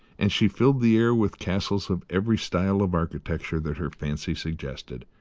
and she filled the air with castles of every style of architecture that her fancy suggested,